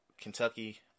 Kentucky